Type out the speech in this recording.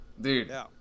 dude